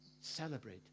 celebrate